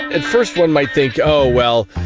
at first one might think, oh well,